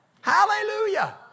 Hallelujah